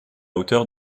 hauteur